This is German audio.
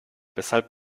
weshalb